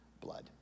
blood